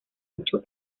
ocho